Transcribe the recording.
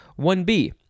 1B